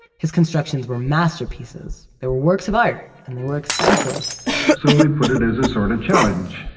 his constructions were masterpieces, they were works of art and they were expensive so we put it as a sort of challenge.